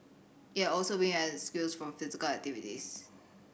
he had also been excused from physical activities